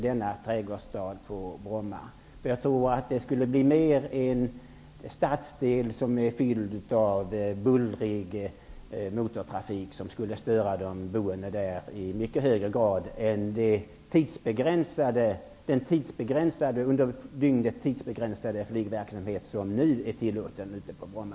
Det torde bli mer en stadsdel fylld med bullrig motortrafik, som skulle störa de boende där i mycket högre grad än den under dygnet tidsbegränsade flygverksamhet som nu är tillåten på Bromma.